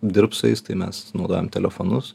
dirbs su jais tai mes naudojam telefonus